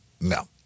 no